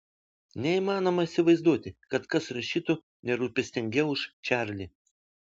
neįmanoma įsivaizduoti kad kas rašytų nerūpestingiau už čarlį